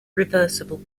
reversible